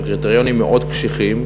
עם קריטריונים מאוד קשיחים.